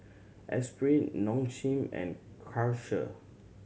Espirit Nong Shim and Karcher